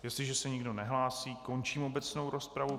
Jestliže se nikdo nehlásí, končím obecnou rozpravu.